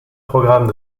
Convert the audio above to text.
programmes